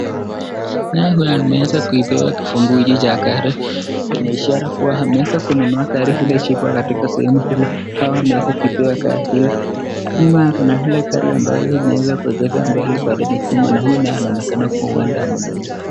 Naye huyu ameweza kupewa kifunguu hiki cha gari ina ishara kuwa ameweza kununua gari hilo jipya katika sehemu hili auameweza kupewa gari hilo. Nyuma kuna lile gari ambalo limeweza kuegeshwa ambalo bado ni jipya na huyu naye anaonekana kama huenda amenunua.